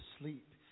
sleep